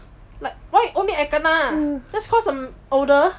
like why only I kena just cause I'm older